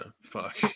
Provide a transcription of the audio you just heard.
fuck